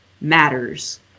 matters